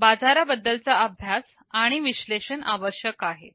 बाजारा बद्दलचा अभ्यास आणि विश्लेषण आवश्यक आहे